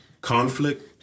conflict